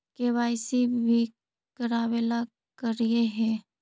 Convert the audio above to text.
KYC भी करवावेला कहलिये हे?